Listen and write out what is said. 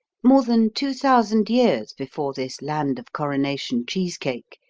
more than two thousand years before this land of coronation cheese cake,